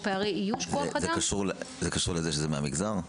זה קשור לזה שזה מהמגזר?